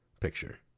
picture